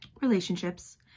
relationships